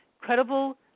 credible